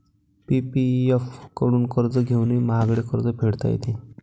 PPF कडून कर्ज घेऊनही महागडे कर्ज फेडता येते